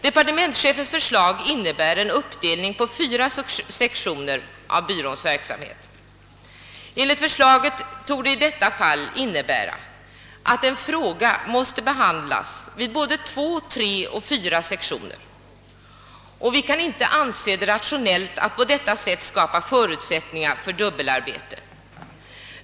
Departementschefens förslag innebär en uppdelning på fyra sek tioner av byråns verksamhet. Enligt förslaget torde detta i många fall innebära att en fråga måste behandlas vid både två, tre och fyra sektioner, och vi kan inte anse det rationellt att på detta sätt skapa förutsättningar för dubbelarbete.